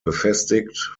befestigt